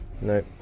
No